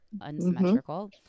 unsymmetrical